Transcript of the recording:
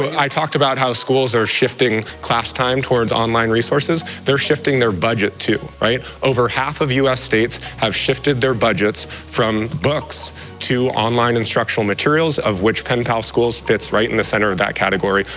i talked about how schools are shifting class time towards online resources. they're shifting their budget too. over half of u s. states have shifted their budgets from books to online instructional materials, of which penpal schools fits right in the center of that category.